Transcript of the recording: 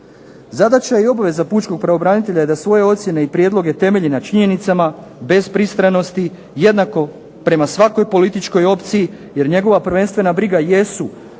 Zadaća i obveza pučkog pravobranitelja je da svoje ocjene i prijedloge temelji na činjenicama bez pristranost jednako prema svakoj političkoj opciji jer njegova prvenstvena briga jesu